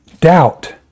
Doubt